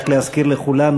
רק להזכיר לכולנו,